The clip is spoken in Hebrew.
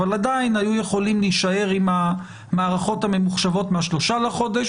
אבל עדיין היו יכולים להישאר עם המערכות הממוחשבות מה-3 בחודש.